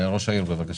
ראש העיר, בבקשה.